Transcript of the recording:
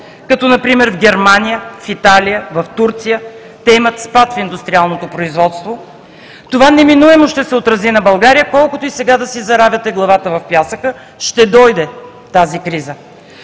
като например в Германия, в Италия, в Турция, те имат спад в индустриалното производство, това неминуемо ще се отрази на България, колкото и сега да си заравяте главата в пясъка, ще дойде тази криза.